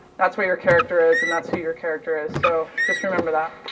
that's where your character is and that's who your character is, so, just remember that.